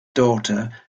daughter